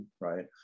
right